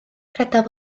credaf